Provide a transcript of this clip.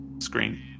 screen